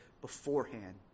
beforehand